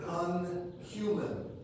unhuman